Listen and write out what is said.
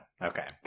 Okay